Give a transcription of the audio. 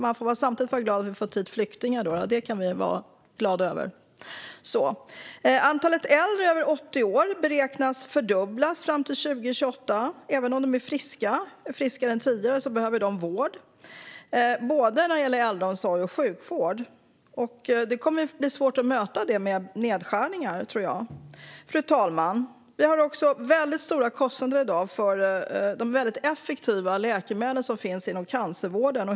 Samtidigt kan vi vara glada över att vi har fått hit flyktingar. Antalet äldre över 80 år beräknas fördubblas fram till 2028. Även om de är friska - friskare än tidigare - behöver de vård, både äldreomsorg och sjukvård. Det kommer att bli svårt att möta detta med nedskärningar, tror jag. Fru talman! Vi har stora kostnader i dag för de effektiva läkemedel som finns inom cancervården.